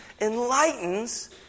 enlightens